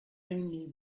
only